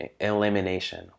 elimination